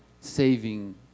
saving